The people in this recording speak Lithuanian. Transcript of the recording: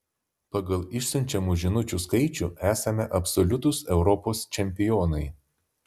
pagal išsiunčiamų žinučių skaičių esame absoliutūs europos čempionai